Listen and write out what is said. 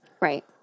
Right